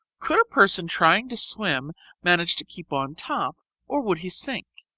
could a person trying to swim manage to keep on top or would he sink?